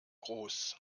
groß